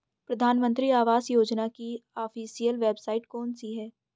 प्रधानमंत्री आवास योजना की ऑफिशियल वेबसाइट कौन सी है?